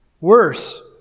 worse